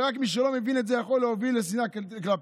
ורק מי שלא מבין את זה יכול להוביל שנאה כלפיהם.